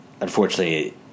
unfortunately